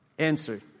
Answer